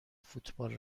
فوتبال